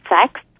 Sex